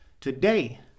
Today